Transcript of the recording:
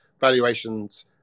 valuations